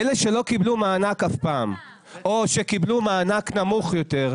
אלה שלא קיבלו מענק אף פעם או שקיבלו מענק נמוך יותר,